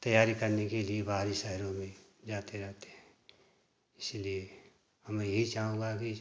तैयारी करने के लिए बाहरी शहरों में जाते रहते हैं इसलिए मैं यही चाहूँगा कि